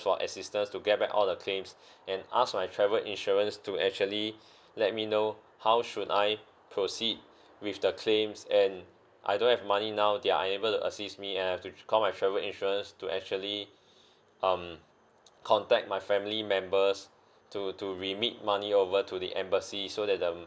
for assistance to get back all the claims and ask my travel insurance to actually let me know how should I proceed with the claims and I don't have money now they are unable to assist me and I have to call my travel insurance to actually um contact my family members to to remit money over to the embassy so that um